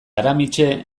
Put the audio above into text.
aramitse